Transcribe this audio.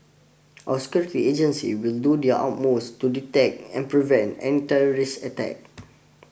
our security agency will do their utmost to detect and prevent any terrorist attack